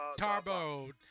Tarbo